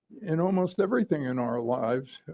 in almost everything in our lives,